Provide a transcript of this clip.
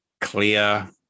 clear